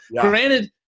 Granted